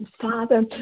Father